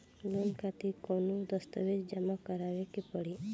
Loan खातिर कौनो दस्तावेज जमा करावे के पड़ी?